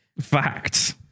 Facts